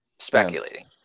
speculating